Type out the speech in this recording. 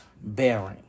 bearing